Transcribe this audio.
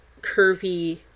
curvy